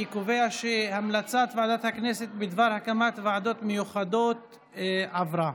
אני קובע שהמלצת ועדת הכנסת בדבר הקמת ועדות מיוחדות התקבלה.